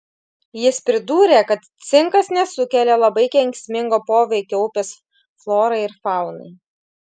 jis pridūrė kad cinkas nesukelia labai kenksmingo poveikio upės florai ir faunai